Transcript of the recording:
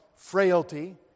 frailty